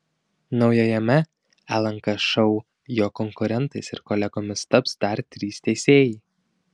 naujajame lnk šou jo konkurentais ir kolegomis taps dar trys teisėjai